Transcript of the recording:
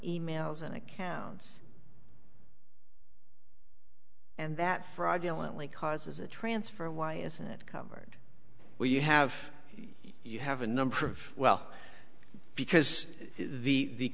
emails and accounts and that fraudulently causes a transfer why isn't it covered where you have you have a number of well because the the